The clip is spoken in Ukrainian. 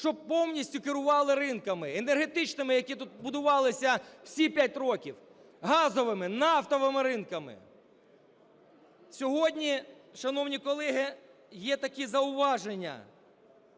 щоб повністю керували ринками, енергетичними, які тут будувалися всі 5 років, газовими, нафтовими ринками. Сьогодні, шановні колеги, є такі зауваження